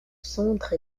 centre